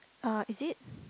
uh is it